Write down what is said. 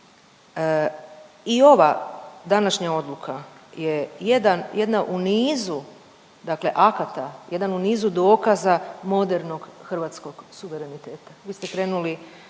I ova današnja odluka je jedan, jedna u nizu dakle akata, jedan u nizu dokaza modernog hrvatskog suvereniteta.